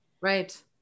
Right